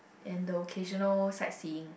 and the occasional sight seeing